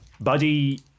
buddy